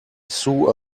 sew